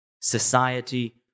society